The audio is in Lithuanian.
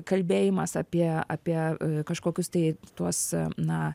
kalbėjimas apie apie kažkokius tai tuos na